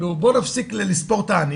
בואו נפסיק לספור את העני,